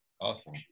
awesome